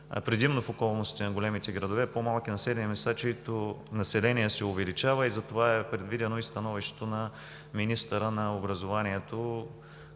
предимно в околностите на някои големи градове и в по-малки населени места, чието население се увеличава и затова е предвидено становището на министъра на образованието